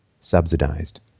subsidized